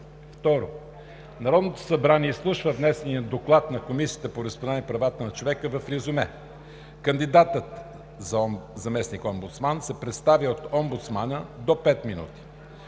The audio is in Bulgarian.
2. Народното събрание изслушва внесения доклад на Комисията по вероизповеданията и правата на човека в резюме. 3. Кандидатът за заместник-омбудсман се представя от омбудсмана – до 5 минути.